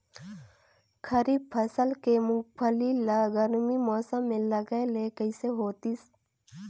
खरीफ फसल के मुंगफली ला गरमी मौसम मे लगाय ले कइसे होतिस?